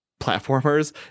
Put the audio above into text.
platformers